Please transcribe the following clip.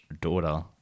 daughter